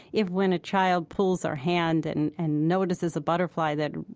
if when a child pulls our hand and and notices a butterfly that,